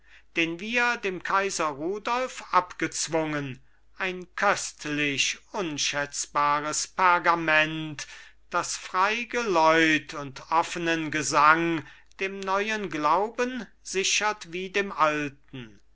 den wir dem kaiser rudolf abgezwungen ein köstlich unschätzbares pergament das frei geläut und offenen gesang dem neuen glauben sichert wie dem alten